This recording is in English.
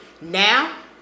Now